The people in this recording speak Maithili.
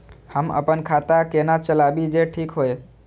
हम अपन खाता केना चलाबी जे ठीक होय?